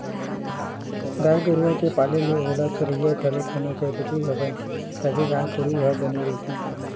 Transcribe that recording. गाय गरुवा के पाले ले ओला चरइया घलोक होना जरुरी हवय तभे गाय गरु ह बने रइही